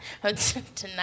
Tonight